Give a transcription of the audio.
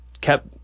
kept